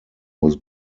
was